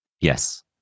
yes